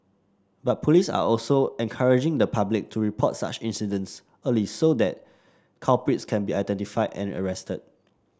but police are also encouraging the public to report such incidents early so that culprits can be identified and arrested